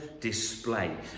display